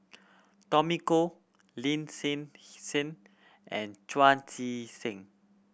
Tommy Koh Lin Hsin Hsin and Chu Chee Seng